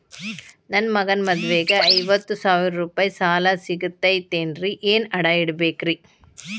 ನನ್ನ ಮಗನ ಮದುವಿಗೆ ಐವತ್ತು ಸಾವಿರ ರೂಪಾಯಿ ಸಾಲ ಸಿಗತೈತೇನ್ರೇ ಏನ್ ಅಡ ಇಡಬೇಕ್ರಿ?